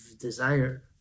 Desire